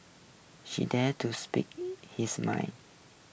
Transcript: she dared to speak his mind